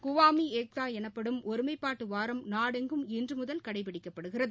குவாமிஏக்தாஎனப்படும் ஒருமைப்பாட்டுவாரம் நாடெங்கும் இன்றுமுதல் கடைபிடிக்கப்படுகிறது